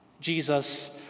Jesus